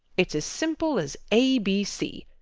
it's as simple as a b c.